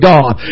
God